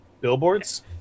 billboards